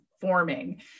forming